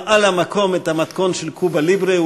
ביקשתי ממנו על המקום את המתכון של "קובה ליברה".